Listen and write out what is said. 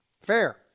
Fair